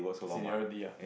seniority ah